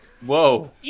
Whoa